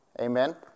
Amen